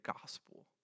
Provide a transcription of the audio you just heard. gospel